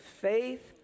Faith